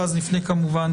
ואז נפנה כמובן